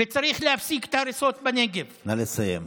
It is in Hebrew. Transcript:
וצריך להפסיק את ההריסות בנגב, נא לסיים.